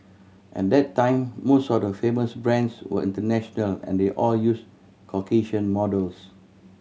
at that time most of the famous brands were international and they all used Caucasian models